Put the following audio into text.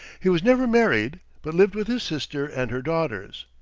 he was never married, but lived with his sister and her daughters.